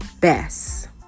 best